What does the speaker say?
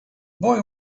boy